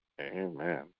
Amen